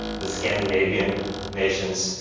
the scandinavian nations,